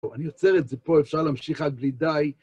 טוב, אני עוצר את זה פה, אפשר להמשיך עד בלי די.